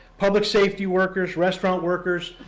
public safety workers, restaurant workers,